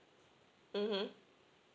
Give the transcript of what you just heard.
mmhmm